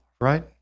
right